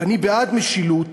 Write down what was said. ואני בעד משילות,